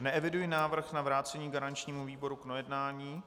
Neeviduji návrh na vrácení garančnímu výboru k projednání.